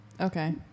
okay